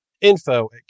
info